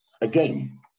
again